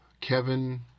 Kevin